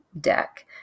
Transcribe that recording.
deck